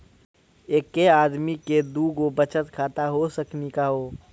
एके आदमी के दू गो बचत खाता हो सकनी का हो?